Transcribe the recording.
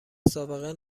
سابقه